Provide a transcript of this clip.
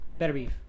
Betterbeef